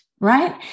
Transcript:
right